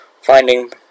finding